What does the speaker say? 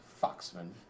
Foxman